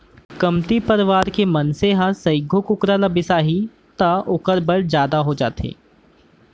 कमती परवार के मनसे ह सइघो कुकरा ल बिसाही त ओकर बर जादा हो जाथे